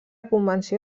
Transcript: convenció